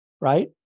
right